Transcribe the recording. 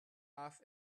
off